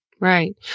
Right